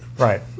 Right